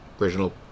original